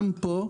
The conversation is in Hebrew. גם פה,